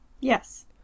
Yes